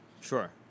Sure